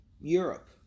Europe